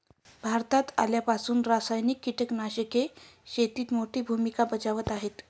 भारतात आल्यापासून रासायनिक कीटकनाशके शेतीत मोठी भूमिका बजावत आहेत